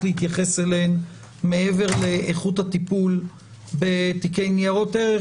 להתייחס אליהן מעבר לאיכות הטיפול בתיקי ניירות ערך,